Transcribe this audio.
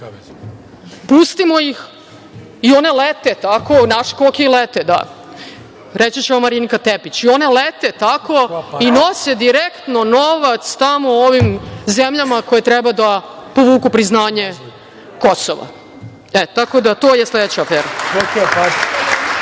Pustimo ih i one lete tako, naše koke i lete, da. Reći će vam Marinika Tepić. One lete tako i nose direktno novac tamo zemljama koje treba da povuku priznanje Kosova. Tako da, to je sledeća